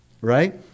right